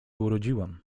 urodziłam